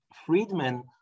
Friedman